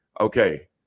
Okay